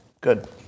Good